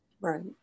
right